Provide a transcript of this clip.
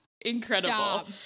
incredible